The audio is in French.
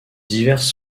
diverses